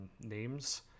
names